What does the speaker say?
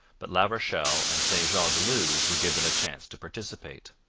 but la rochelle and st jean de luz were given a chance to participate.